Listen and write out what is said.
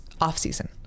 off-season